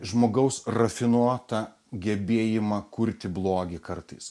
žmogaus rafinuotą gebėjimą kurti blogį kartais